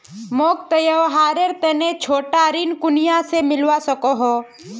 मोक त्योहारेर तने छोटा ऋण कुनियाँ से मिलवा सको हो?